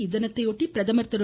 இத்தினத்தையொட்டி பிரதமர் திரு